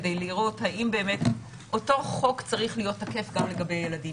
כדי לראות אם באמת אותו חוק צריך להיות תקף גם לגבי הילדים.